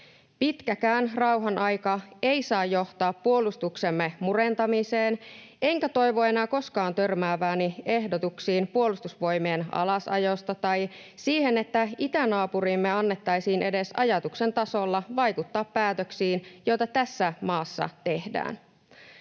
Pitkäkään rauhanaika ei saa johtaa puolustuksemme murentamiseen, enkä toivo enää koskaan törmääväni ehdotuksiin puolustusvoimien alasajosta tai siihen, että itänaapurimme annettaisiin edes ajatuksen tasolla vaikuttaa päätöksiin, joita tässä maassa tehdään.